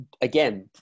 again